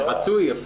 אפילו רצוי.